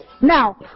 Now